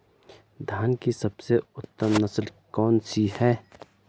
धान की सबसे उत्तम नस्ल कौन सी है?